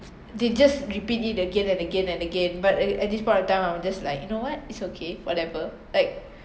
they just repeat it again and again and again but at at this point of time I will just like you know what it's okay whatever like